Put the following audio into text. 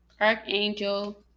Archangel